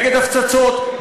נגד הפצצות,